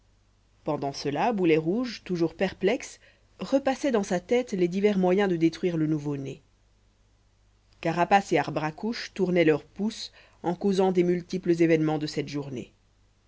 pendant cela boulet rouge toujours perplexe repassait dans sa tête les divers moyens de détruire le nouveau-né carapace et arbre à couche tournaient leurs pouces en causant des multiples événements de cette journée